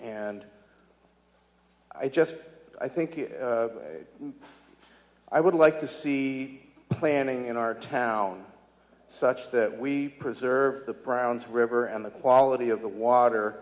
and i just i think i would like to see planning in our town such that we preserve the browns river and the quality of the water